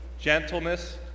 gentleness